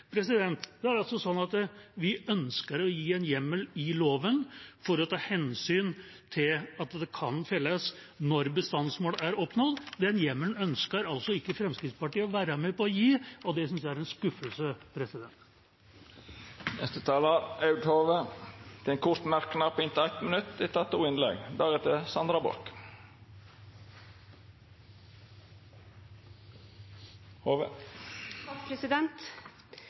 Vi ønsker å gi en hjemmel i loven for å ta hensyn til at det kan felles når bestandsmålet er oppnådd. Den hjemmelen ønsker ikke Fremskrittspartiet å være med på å gi, og det synes jeg er en skuffelse. Representanten Aud Hove har hatt ordet to gonger tidlegare og får ordet til ein kort merknad, avgrensa til 1 minutt.